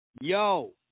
Yo